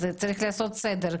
אז צריך לעשות סדר.